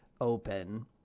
open